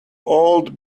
old